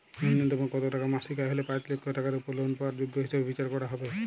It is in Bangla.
ন্যুনতম কত টাকা মাসিক আয় হলে পাঁচ লক্ষ টাকার উপর লোন পাওয়ার যোগ্য হিসেবে বিচার করা হবে?